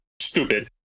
stupid